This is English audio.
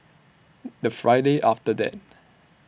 The Friday after that